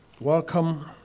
welcome